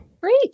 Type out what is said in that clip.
Great